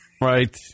Right